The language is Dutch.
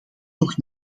nog